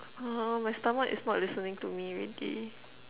ha my stomach is not listening to me already